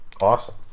Awesome